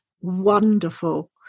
wonderful